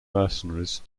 mercenaries